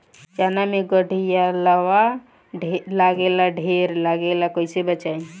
चना मै गधयीलवा लागे ला ढेर लागेला कईसे बचाई?